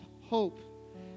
hope